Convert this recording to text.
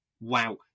Wow